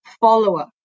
follower